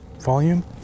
volume